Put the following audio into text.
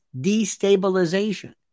destabilization